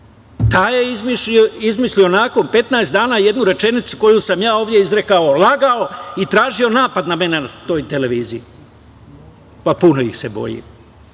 Taj je izmislio nakon 15 dana jednu rečenicu koju sam ja ovde izrekao, lagao i tražio napad na mene na toj televiziji. Pa, puno ih se bojim,